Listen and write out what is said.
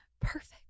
Perfect